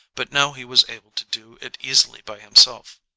but now he was able to do it easily by himself.